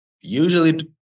usually